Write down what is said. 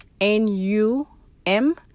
n-u-m